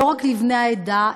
לא רק לבני העדה,